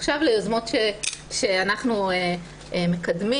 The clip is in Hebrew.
עכשיו ליוזמות שאנחנו מקדמים.